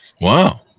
Wow